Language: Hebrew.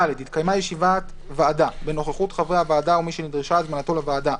(ד)התקיימה ישיבת ועדה בנוכחות חברי הוועדה ומי שנדרשה הזמנתו לוועדה,